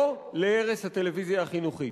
לא להרס הטלוויזיה החינוכית.